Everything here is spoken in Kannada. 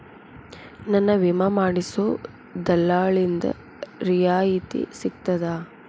ನನ್ನ ವಿಮಾ ಮಾಡಿಸೊ ದಲ್ಲಾಳಿಂದ ರಿಯಾಯಿತಿ ಸಿಗ್ತದಾ?